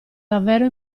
davvero